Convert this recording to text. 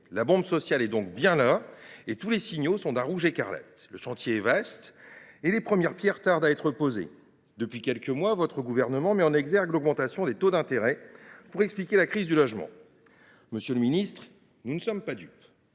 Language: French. La bombe sociale est bien là, et tous les signaux sont d’un rouge écarlate. Le chantier est vaste, et les premières pierres tardent à être posées. Depuis quelques mois, monsieur le ministre, votre gouvernement met en exergue l’augmentation des taux d’intérêt pour expliquer la crise du logement. Sachez toutefois que nous ne sommes pas dupes.